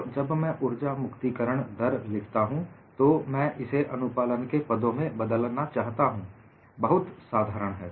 तो जब मैं ऊर्जा मुक्तिकरण दर लिखता हूं तो मैं इसे अनुपालन के पदों में बदलना चाहता हूं बहुत साधारण है